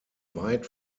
weit